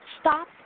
stop